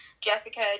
Jessica